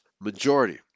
majority